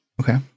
okay